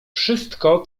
wszystko